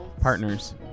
partners